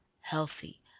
healthy